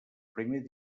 primer